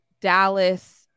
Dallas